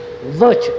virtue